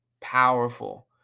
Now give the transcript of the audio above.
powerful